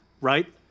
Right